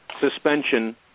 suspension